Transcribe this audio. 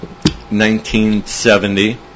1970